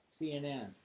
CNN